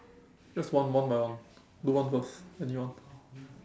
just one one by one do one first anyone